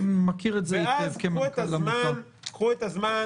אני מכיר את זה היטב כמנכ"ל עמותה.